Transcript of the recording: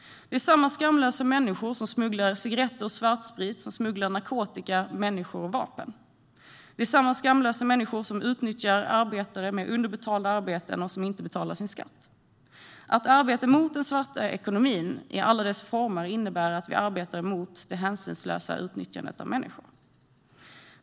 Det är samma skamlösa människor som smugglar cigaretter och svartsprit som smugglar narkotika, människor och vapen. Det är samma skamlösa människor som utnyttjar arbetare med underbetalda arbeten som inte betalar sin skatt. Att arbeta emot den svarta ekonomin i alla dess former innebär att vi jobbar emot det hänsynslösa utnyttjandet av människor.